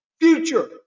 future